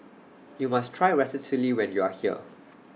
YOU must Try Ratatouille when YOU Are here